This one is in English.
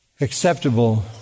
acceptable